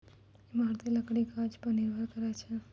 इमारती लकड़ी गाछ पर निर्भर करै छै